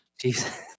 Jesus